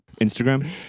Instagram